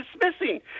dismissing